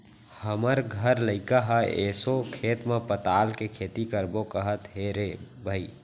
हमर घर लइका ह एसो खेत म पताल के खेती करबो कहत हे रे भई